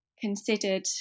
considered